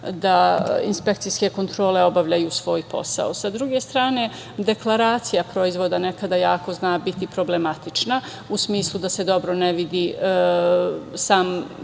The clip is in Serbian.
da inspekcijske kontrole obavljaju svoj posao. Sa druge strane, deklaracija proizvoda nekada jako zna biti problematična u smislu da se dobro ne vidi da